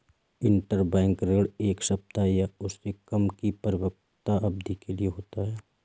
interbank ऋण एक सप्ताह या उससे कम की परिपक्वता अवधि के लिए होते हैं